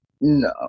no